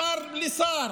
משר לשר,